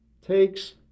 takes